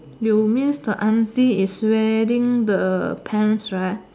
you means the auntie is wearing the pants right